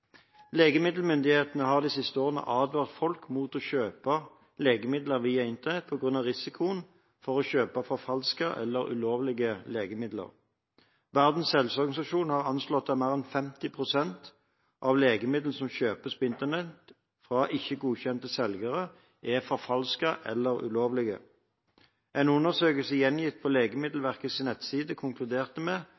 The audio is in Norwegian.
Legemiddelmyndighetene har de siste årene advart folk mot å kjøpe legemidler via Internett på grunn av risikoen for å kjøpe forfalskede eller ulovlige legemidler. Verdens helseorganisasjon har anslått at mer enn 50 pst. av legemidlene som kjøpes på Internett fra ikke-godkjente selgere, er forfalsket eller ulovlige. En undersøkelse gjengitt på